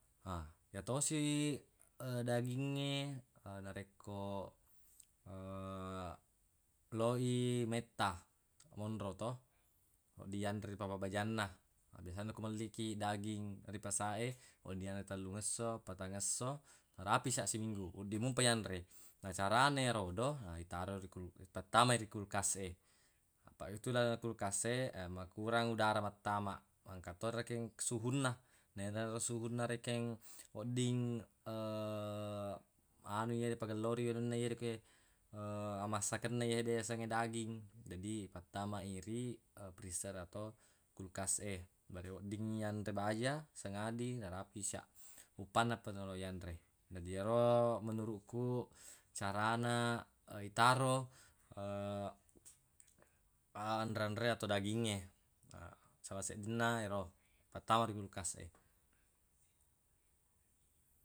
Ha yatosi dagingnge narekko loi metta monro to wedding yanre pappa bajanna biasanna ko melli kiq daging ri pasa e wedding yanre tellungesso patangesso narapi sia siminggu wedding mopa yanre na carana yerodo itaro ri kul- ipattamai ri kulkas e napa yetu lalenna kulkas e makurang udara ma tama engka to rekeng suhunna na enaro suhunna rekeng wedding anu yede pagelloi anunna yede rekeng amammsekenna yede yasengnge daging jadi ipattama i ri friser atau kulkas e bara weddingngi yanre baja sangadi narapi sia uppannapa pa lo yanre jadi yero menuruq ku carana itaro anre-anre atau dagingnge na sala seddinna ero ipattama ri kulkas e.